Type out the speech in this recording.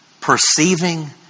Perceiving